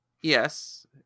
Yes